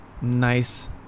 nice